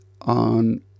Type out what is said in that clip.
on